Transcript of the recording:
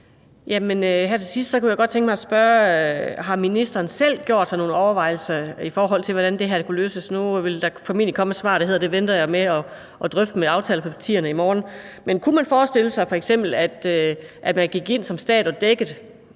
Har ministeren selv gjort sig nogen overvejelser, i forhold til hvordan det her kunne løses? Eller vil der formentlig komme et svar, der hedder: Det venter jeg med at drøfte med aftalepartierne i morgen? Men kunne man f.eks. forestille sig, at man som stat gik